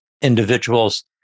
individuals